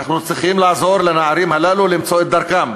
אנו צריכים לעזור לנערים הללו למצוא את דרכם,